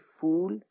fool